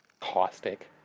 caustic